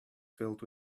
filled